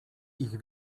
ich